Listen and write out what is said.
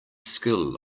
skill